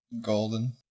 Golden